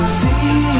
see